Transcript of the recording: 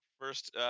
first